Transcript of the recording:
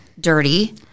dirty